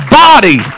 body